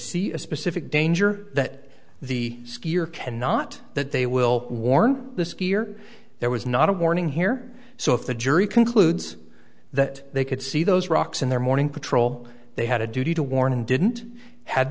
see a specific danger that the skier cannot that they will warn the skier there was not a warning here so if the jury concludes that they could see those rocks in their morning patrol they had a duty to warn and didn't ha